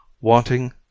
wanting